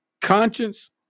conscience